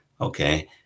Okay